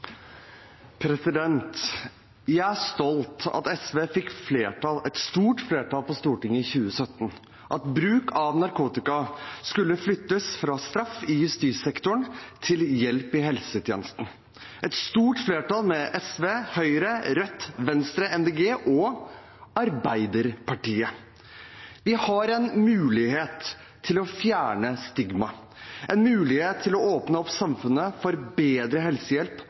stolt av at SV fikk et stort flertall på Stortinget i 2017 for at bruk av narkotika skulle flyttes fra straff i justissektoren til hjelp i helsetjenesten – et stort flertall, med SV, Høyre, Rødt, Venstre, Miljøpartiet De Grønne – og Arbeiderpartiet. Vi har en mulighet til å fjerne stigma – en mulighet til åpne opp samfunnet for bedre helsehjelp